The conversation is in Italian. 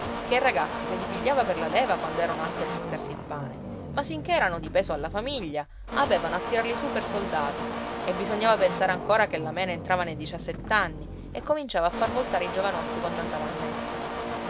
che i ragazzi se li pigliava per la leva quando erano atti a buscarsi il pane ma sinché erano di peso alla famiglia avevano a tirarli su per soldati e bisognava pensare ancora che la mena entrava nei diciassett'anni e cominciava a far voltare i giovanotti quando andava a messa